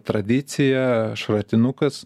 tradicija šratinukas